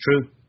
true